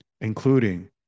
including